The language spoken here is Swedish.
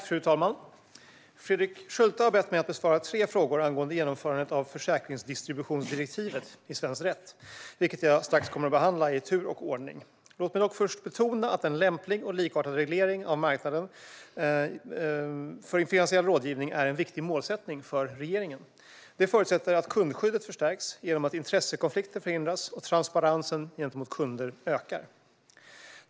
Fru talman! Fredrik Schulte har bett mig att besvara tre frågor angående genomförandet av försäkringsdistributionsdirektivet i svensk rätt, vilka jag strax kommer att behandla i tur och ordning. Låt mig dock först betona att en lämplig och likartad reglering av marknaden för finansiell rådgivning är en viktig målsättning för regeringen. Det förutsätter att kundskyddet förstärks genom att intressekonflikter förhindras och transparensen gentemot kunder ökar.